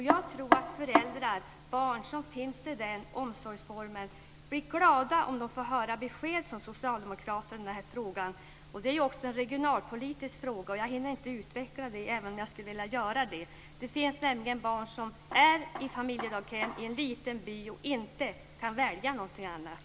Jag tror att föräldrar och barn som finns i den omsorgsformen blir glada om de får höra besked från socialdemokraterna i den frågan. Det är också en regionalpolitisk fråga. Jag hinner inte utveckla det även om jag skulle vilja göra det. Det finns nämligen barn som är placerade i familjedaghem i en liten by och inte kan välja någonting annat.